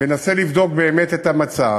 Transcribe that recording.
אנסה לבדוק באמת את המצב.